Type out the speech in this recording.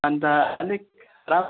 अन्त अलिक राम्रो